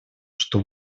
что